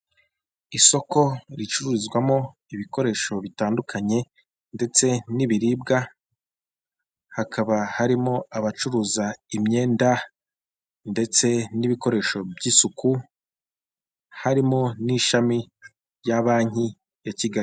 Isoko ricuruzwamo ibikoresho bitandukanye ndetse n'ibiribwa, hakaba harimo abacuruza imyenda ndetse n'ibikoresho by'isuku, harimo n'ishami rya banki ya Kigali.